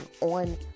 on